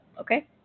Okay